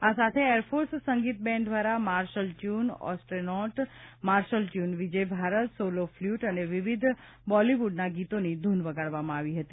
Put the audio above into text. આ સાથે એરફોર્સ સંગીત બેન્ડ દ્વારા martial tune astronaut martial tune Vijay Bharat solo flute અને વિવિધ બોલિવૂડના ગીતોની ધૂન વગાડવામાં આવી હતી